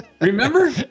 Remember